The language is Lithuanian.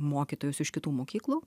mokytojus iš kitų mokyklų